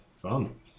Fun